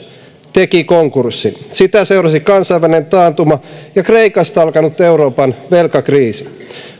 teki konkurssin sitä seurasivat kansainvälinen taantuma ja kreikasta alkanut euroopan velkakriisi